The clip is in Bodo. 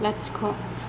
लाथिख'